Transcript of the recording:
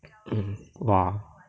!wah!